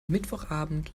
mittwochabend